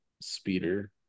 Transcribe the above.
speeder